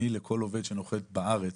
לכל עובד שנוחת בארץ,